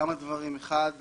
כמה דברים: אחד,